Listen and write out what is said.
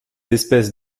espèces